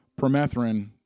permethrin